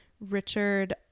Richard